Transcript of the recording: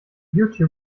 youtube